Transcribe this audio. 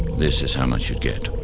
this is how much you'd get.